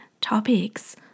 topics